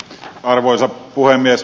arvoisa puhemies